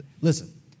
Listen